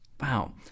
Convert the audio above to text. wow